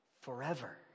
forever